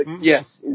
Yes